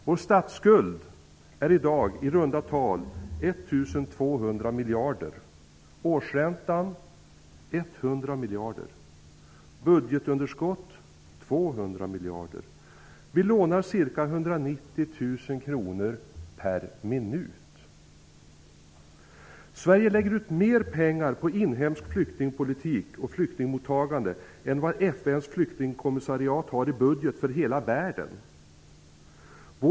Vår statsskuld uppgår i dag i runda tal till 1 200 miljarder kronor, årsräntan till 100 miljarder och budgetunderskottet till 200 miljarder. Vi lånar ca Sverige lägger ut mera pengar på inhemsk flyktingpolitik och på flyktingmottagande än vad FN:s flyktingkommissariat har i sin budget för hela världen.